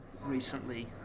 recently